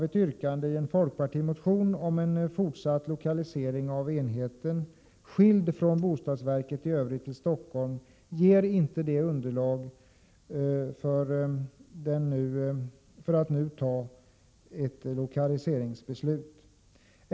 Ett yrkande i en folkpartimotion om fortsatt lokalisering av enheten, skild från planoch bostadsverket i övrigt, till Stockholm ger inte tillräckligt underlag för att vi nu skall kunna fatta ett lokaliseringsbeslut.